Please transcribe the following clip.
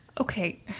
Okay